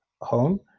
home